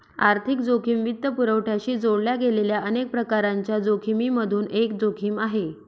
आर्थिक जोखिम वित्तपुरवठ्याशी जोडल्या गेलेल्या अनेक प्रकारांच्या जोखिमिमधून एक जोखिम आहे